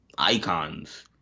icons